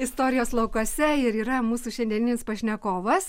istorijos laukuose ir yra mūsų šiandieninis pašnekovas